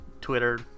twitter